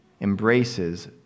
embraces